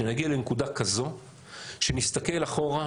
שנגיע לנקודה כזו שנסתכל אחורה,